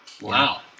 wow